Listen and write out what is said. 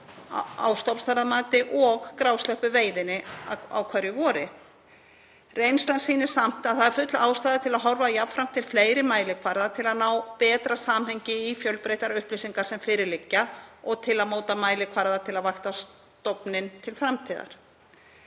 á stofnstærðarmati og grásleppuveiðinni á hverju vori. Reynslan sýnir samt að það er full ástæða til að horfa jafnframt til fleiri mælikvarða til að ná betra samhengi í fjölbreyttar upplýsingar sem fyrir liggja og til að móta mælikvarða til að vakta stofninn til framtíðar.